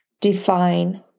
define